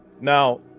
Now